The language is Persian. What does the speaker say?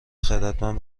خردمند